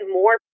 more